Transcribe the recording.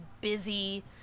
busy